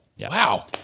Wow